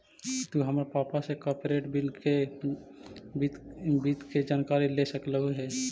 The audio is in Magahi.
तु हमर पापा से कॉर्पोरेट वित्त के जानकारी ले सकलहुं हे